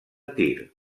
tir